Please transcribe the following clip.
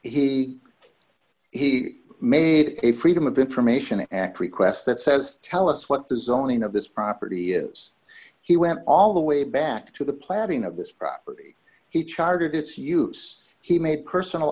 he he made a freedom of information act request that says tell us what the zoning of this property is he went all the way back to the planning of this property he chartered its use he made personal